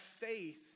faith